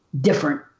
different